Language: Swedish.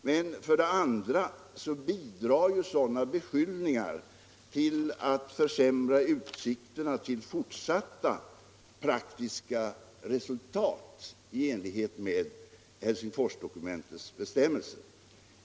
Men för det andra bidrar sådana beskyllningar till att försämra utsikterna till fortsatta praktiska resultat i enlighet med Helsingforsdokumentets bestämmelser.